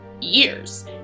years